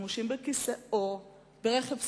חמושים בכיסא או ברכב שרד,